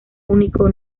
único